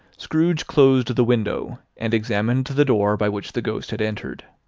scrooge closed the window, and examined the door by which the ghost had entered.